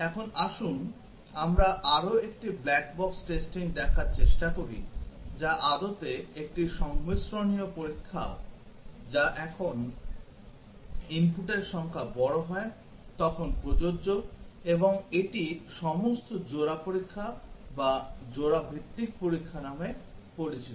এখন আসুন আমরা আরও একটি ব্ল্যাক বক্স টেস্টিং দেখার চেষ্টা করি যা আদতে একটি সংমিশ্রণীয় পরীক্ষাও যা যখন inputর সংখ্যা বড় হয় তখন প্রযোজ্য এবং এটি সমস্ত জোড়া পরীক্ষা বা জোড়া ভিত্তিক পরীক্ষা নামে পরিচিত